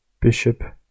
bishop